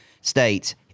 states